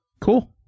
Cool